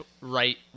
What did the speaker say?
right